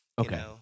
Okay